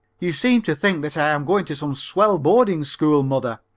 you seem to think that i am going to some swell boarding school, mother,